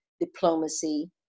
diplomacy